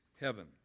heaven